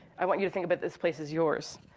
i want you to think about this place as yours.